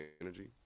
energy